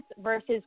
versus